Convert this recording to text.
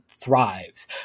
Thrives